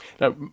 Now